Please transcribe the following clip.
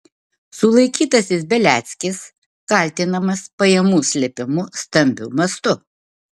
sulaikytasis beliackis kaltinamas pajamų slėpimu stambiu mastu